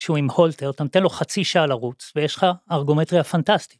שהוא עם הולטר, אתה נותן לו חצי שעה לרוץ ויש לך ארגומטריה פנטסטית.